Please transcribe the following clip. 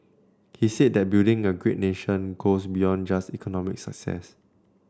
he said that building a great nation goes beyond just economic success